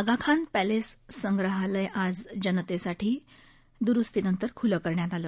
Aga Khan palace संग्रहालय आज जनतेसाठी दुरुस्तीनंतर खुलं करण्यात आलं